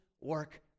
work